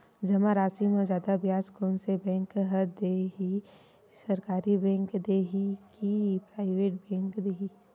जमा राशि म जादा ब्याज कोन से बैंक ह दे ही, सरकारी बैंक दे हि कि प्राइवेट बैंक देहि?